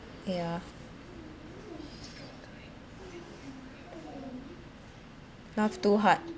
ya laugh too hard